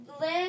live